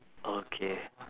okay